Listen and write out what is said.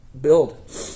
build